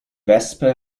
wespe